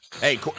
Hey